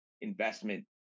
investment